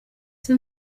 ese